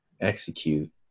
execute